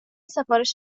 سفارش